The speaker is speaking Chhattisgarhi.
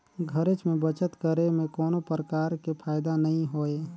घरेच में बचत करे में कोनो परकार के फायदा नइ होय